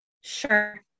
sure